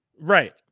right